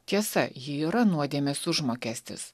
tiesa ji yra nuodėmės užmokestis